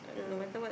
ah